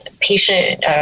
patient